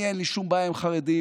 אין לי שום בעיה עם חרדים,